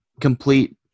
complete